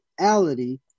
reality